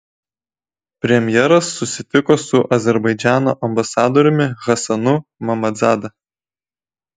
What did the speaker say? premjeras susitiko su azerbaidžano ambasadoriumi hasanu mammadzada